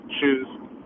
shoes